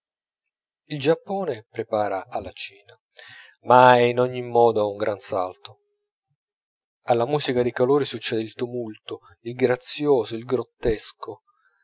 il giappone prepara alla china ma è in ogni modo un gran salto alla musica dei colori succede il tumulto al grazioso il grottesco